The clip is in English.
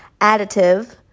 additive